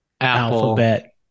alphabet